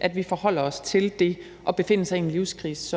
at vi som politikere forholder os til det at befinde sig i en livskrise.